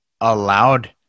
allowed